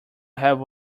have